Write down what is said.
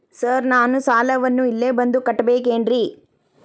Sir ನಾನು ಸಾಲವನ್ನು ಇಲ್ಲೇ ಬಂದು ಕಟ್ಟಬೇಕೇನ್ರಿ?